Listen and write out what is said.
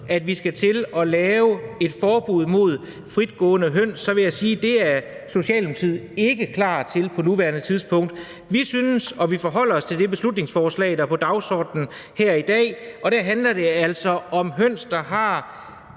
at vi skal til at lave et forbud mod fritgående høns, så vil jeg sige, at det er Socialdemokratiet ikke klar til på nuværende tidspunkt. Vi forholder os til det beslutningsforslag, der er på dagsordenen her i dag, og der handler det altså om høns, der har